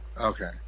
Okay